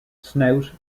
snout